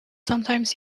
sometimes